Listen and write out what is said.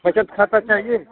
बचत खाता चाहिए